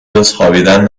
جزخوابیدن